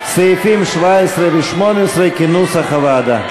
סעיפים 17 18, כהצעת הוועדה,